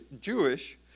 Jewish